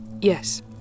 Yes